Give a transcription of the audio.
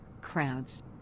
crowds